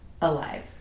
Alive